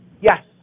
Yes